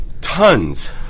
tons